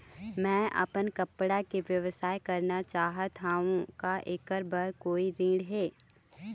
मैं अपन कपड़ा के व्यवसाय करना चाहत हावे का ऐकर बर कोई ऋण हे?